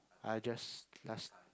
I just